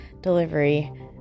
delivery